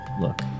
look